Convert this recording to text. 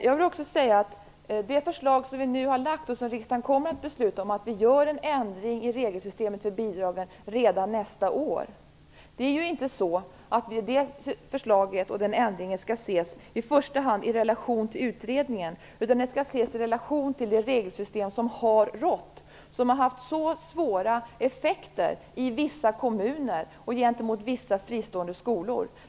Jag vill också säga att det förslag som vi nu har lagt fram och som riksdagen kommer att besluta om innebär att vi gör en ändring i regelsystemet för bidragen redan nästa år. Det är inte så att det förslaget och den ändringen i första hand skall ses i relation till utredningen, utan det skall ses i relation till det regelsystem som har rått. Det har haft svåra effekter i vissa kommuner och gentemot vissa fristående skolor.